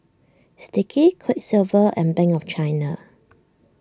Sticky Quiksilver and Bank of China